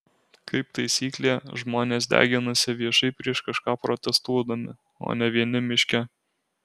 kaip taisyklė žmonės deginasi viešai prieš kažką protestuodami o ne vieni miške